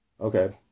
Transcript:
Okay